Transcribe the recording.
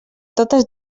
totes